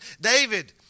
David